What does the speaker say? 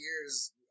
years